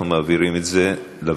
אנחנו מעבירים את זה לוועדה.